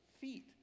feet